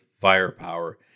firepower